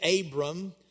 Abram